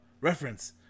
reference